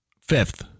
Fifth